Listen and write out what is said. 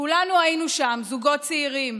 כולנו היינו שם, זוגות צעירים.